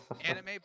anime